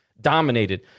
dominated